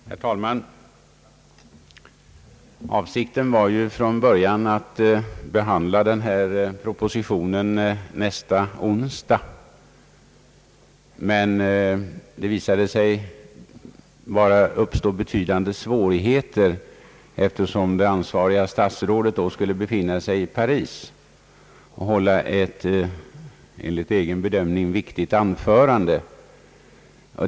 Herr talman! Avsikten var från början att den här propositionen skulle behandlas i kamrarna nästa onsdag, men det visade sig bli ett problem, eftersom det ansvariga statsrådet då skulle befinna sig i Paris och där hålla ett enligt egen bedömning viktigt anförande.